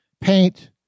Paint